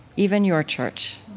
even your church,